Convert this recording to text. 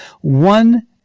One